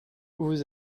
vous